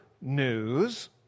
news